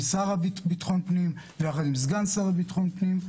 השר לביטחון הפנים ויחד עם סגן השר לביטחון הפנים.